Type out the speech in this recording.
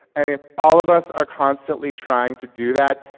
and if all of us are constantly trying to do that,